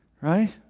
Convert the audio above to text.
Right